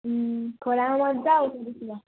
खोलामा मज्जा आउँछ त्यसो भए